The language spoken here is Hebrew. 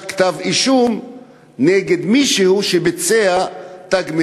כתב-אישום נגד מישהו שביצע פעולת "תג מחיר",